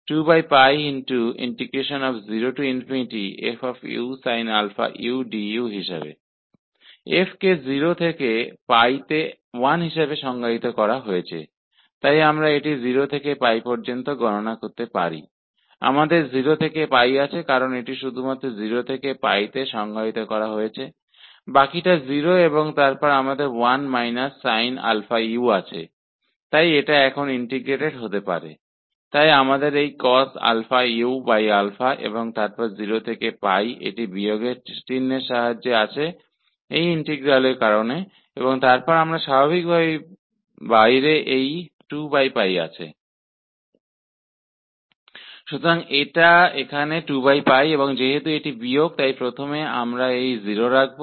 f को 0 से π में 1 के रूप में परिभाषित किया गया है इसलिए हम इसे 0 से π तक ज्ञात कर सकते हैं हमारे पास 0 से π है क्योंकि यह केवल 0 से π में परिभाषित है बाकी यह 0 है और फिर हमारे पास 1×sin αu है इसलिए जिसे अब इंटीग्रेट किया जा सकता है इसलिए हमारे पास इस इंटीग्रल के कारण माइनस साइन के साथ यह cos u और फिर 0 से है और फिर हमारे पास यह 2 यहाँ बाहर बैठा है